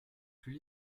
plus